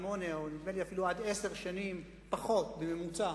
שמונה או אפילו עד עשר שנים פחות בממוצע